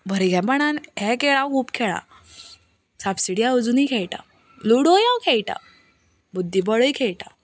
भुरगेंपणांत हे खेळ हांव खूब खेळ्ळा सापसिडी हांव अजुनूय खेळटां लुडोय हांव खेळटां बुद्धीबळूय खेळटां